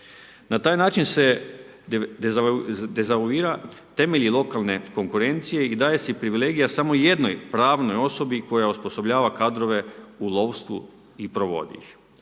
na taj način se dezavuira temelji lokalne konkurencije i daje se privilegija samo jednoj pravnoj osobi koja osposobljava kadrove u lovstvu i provodi ih.